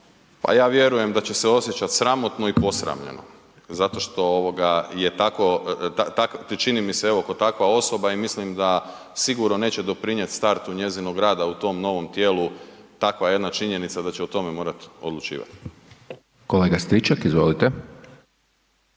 Pa ja vjerujem da će se osjećat sramotno i posramljeno zato što je tako, čini mi se evo kao takva osoba i mislim da sigurno neće doprinijeti startu njezinog rada u tom novom tijelu takva jedna činjenica da će o tome morat odlučivat. **Hajdaš Dončić,